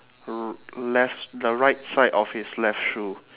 r~ left the right side of his left shoe